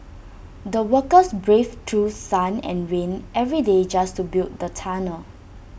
the workers braved through sun and rain every day just to build the tunnel